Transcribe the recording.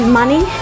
money